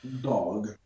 Dog